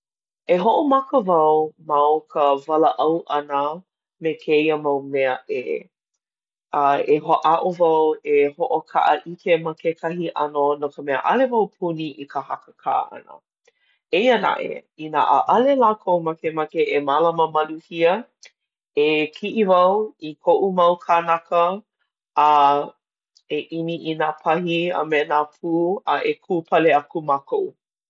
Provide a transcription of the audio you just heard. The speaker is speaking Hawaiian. E hoʻomaka wau ma o ka walaʻau ʻana me kēia mau mea ʻē. A e hoʻāʻo wau e hoʻokaʻaʻike ma kekahi ʻano, no ka mea ʻaʻole wau puni i ka hakakā ʻana. Eia naʻe, ʻaʻole lākou makemake e mālama maluhia, e kiʻi wau i koʻu mau kānaka a e ʻimi i nā pahi a me nā pū a e kūpale aku mākou.